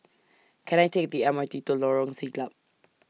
Can I Take The M R T to Lorong Siglap